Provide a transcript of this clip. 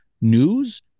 news